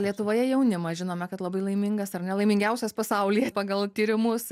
lietuvoje jaunimas žinome kad labai laimingas ar ne laimingiausias pasaulyje pagal tyrimus